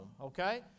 okay